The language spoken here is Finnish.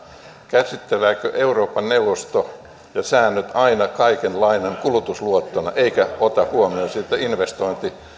käsittelevätkö euroopan neuvosto ja säännöt aina kaiken lainan kulutusluottona eivätkä ota huomioon sitä että investointi